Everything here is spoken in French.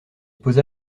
posa